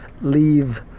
leave